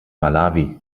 malawi